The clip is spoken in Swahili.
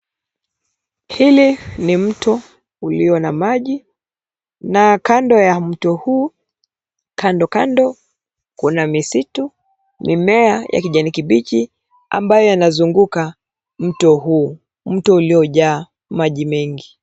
Hili ni mto ulio na maji na kando ya mtu huu, kando kando, kuna misitu, mimea ya kijani kibichi, ambayo yanazunguka mto huu, mto uliojaa maji mengi.